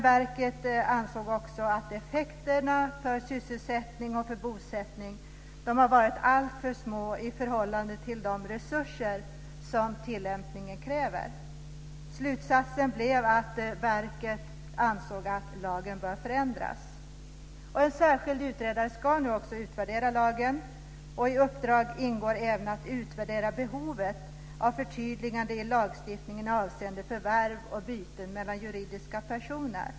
Verket anser dock att effekter för sysselsättning och bosättning har varit alltför små i förhållande till de resurser som tillämpningen kräver. Jordbruksverkets slutsats blev att lagen bör förändras. En särskild utredare ska nu utvärdera lagen. I uppdraget ingår även att utvärdera behovet av förtydligande i lagstiftningen avseende förvärv och byten mellan juridiska personer.